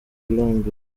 colombe